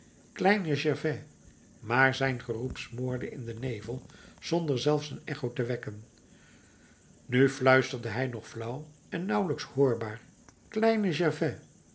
kleine gervais maar zijn geroep smoorde in den nevel zonder zelfs een echo te wekken nu fluisterde hij nog flauw en nauwelijks hoorbaar kleine gervais